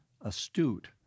astute